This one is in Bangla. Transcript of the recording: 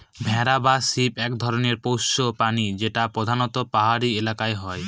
ভেড়া বা শিপ এক ধরনের পোষ্য প্রাণী যেটা প্রধানত পাহাড়ি এলাকায় হয়